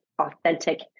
authentic